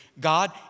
God